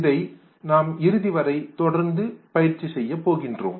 இதை நாம் இறுதிவரை தொடர்ந்து பயிற்சி செய்யப் போகின்றோம்